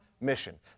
mission